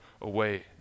away